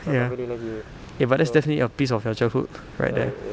ya eh that's definitely a piece of your childhood right there